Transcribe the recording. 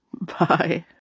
bye